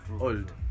old